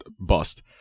bust